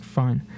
fine